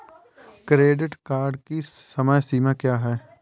Credit card की समय सीमा क्या है?